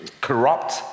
corrupt